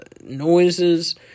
noises